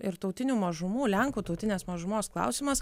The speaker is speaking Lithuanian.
ir tautinių mažumų lenkų tautinės mažumos klausimas